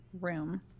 room